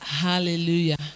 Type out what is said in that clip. Hallelujah